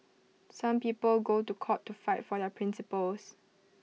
some people go to court to fight for their principles